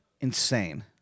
insane